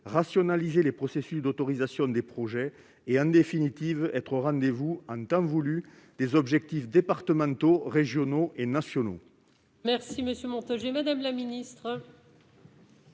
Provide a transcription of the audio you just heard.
rationaliser les processus d'autorisation des projets et, en définitive, être au rendez-vous, en temps voulu, des objectifs départementaux, régionaux et nationaux